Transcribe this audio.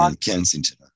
Kensington